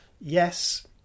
yes